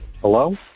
Hello